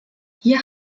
hier